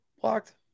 blocked